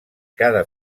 cada